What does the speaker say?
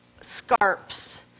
scarps